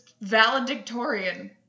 valedictorian